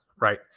right